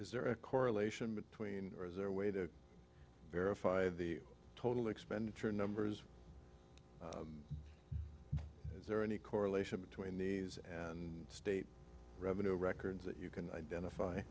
is there a correlation between or is there a way to verify the total expenditure numbers is there any correlation between these and state revenue records that you can identify